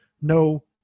no